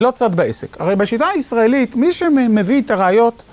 לא צד בייסיק, הרי בשיטה הישראלית, מי שמביא את הראיות...